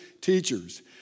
teachers